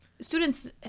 students